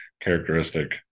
characteristic